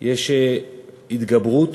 יש התגברות.